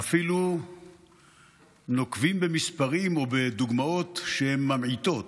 אנחנו אפילו נוקבים במספרים, או בדוגמאות ממעיטות.